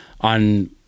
on